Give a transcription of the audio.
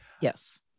Yes